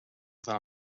del